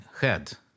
head